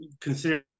considering